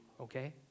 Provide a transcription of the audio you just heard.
okay